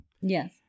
Yes